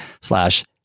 slash